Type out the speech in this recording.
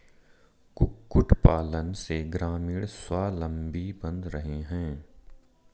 कुक्कुट पालन से ग्रामीण स्वाबलम्बी बन रहे हैं